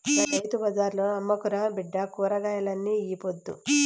రైతు బజార్ల అమ్ముకురా బిడ్డా కూరగాయల్ని ఈ పొద్దు